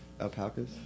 alpacas